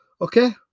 Okay